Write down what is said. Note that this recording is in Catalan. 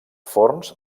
forns